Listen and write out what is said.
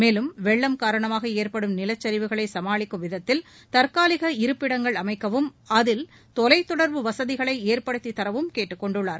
மேலும் வெள்ளம் காரணமாக ஏற்படும் நிலச்சரிவுகளை சமாளிக்கும் விதத்தில் தற்காலிக இருப்பிடங்களை அமைக்கவும் அதில் தொலைத் தொடர்பு வசதிகளை ஏற்படுத்தி தரவும் கேட்டுக்கொண்டுள்ளார்